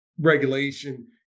regulation